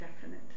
definite